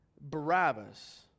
Barabbas